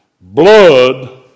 blood